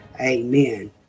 Amen